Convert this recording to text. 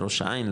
בראש העין,